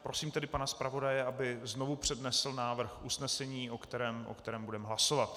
Prosím tedy pana zpravodaje, aby znovu přednesl návrh usnesení, o kterém budeme hlasovat.